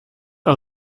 are